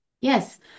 Yes